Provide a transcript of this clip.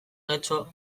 getxo